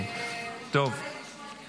אני רוצה לשמוע את יוליה.